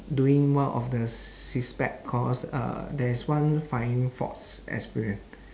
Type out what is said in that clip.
doing one of the SISPEC course uh there is one flying fox experience